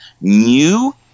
new